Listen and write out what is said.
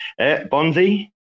Bonzi